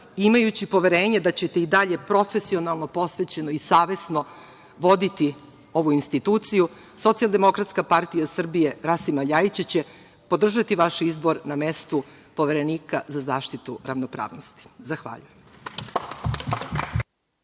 imajući poverenje da ćete i dalje profesionalno, posvećeno i savesno voditi ovu instituciju, Socijaldemokratska partija Srbije Rasima Ljajića će podržati vaš izbor na mestu Poverenika za zaštitu ravnopravnosti. Zahvaljujem.